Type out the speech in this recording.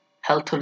health